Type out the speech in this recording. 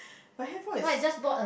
but handphone is